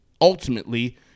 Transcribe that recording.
ultimately